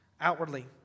outwardly